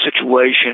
situation